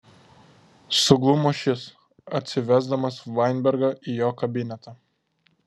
suglumo šis atsivesdamas vainbergą į jo kabinetą